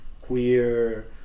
queer